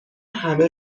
همه